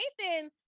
Nathan